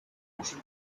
motion